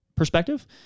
perspective